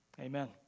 Amen